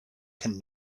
can